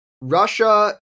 Russia